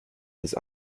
his